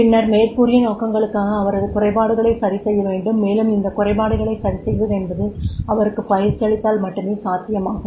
பின்னர் மேற்கூறிய நோக்கங்களுக்காக அவரது குறைபாடுகளை சரிசெய்ய வேண்டும் மேலும் இந்த குறைபாடுகளைச் சரிசெய்வது என்பது அவருக்குப் பயிற்சி அளித்தால் மட்டுமே சாத்தியமாகும்